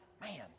man